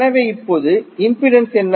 எனவே இப்போது இம்பிடன்ஸ் என்ன